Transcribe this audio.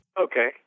Okay